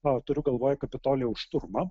na turiu galvoj kapitolijaus šturmą